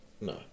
No